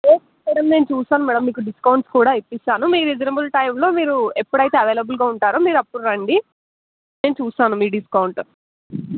yes madam నేను చూసాను madam మీకు డిస్కౌంట్ కూడా ఇస్తాను మీ రిజనబుల్ టైములో మీరు ఎప్పుడైతే అవైలబులుగా ఉంటారో మీరు అప్పుడు రండి నేను చూస్తాను మీ డిస్కౌంట్